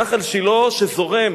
נחל שילה זורם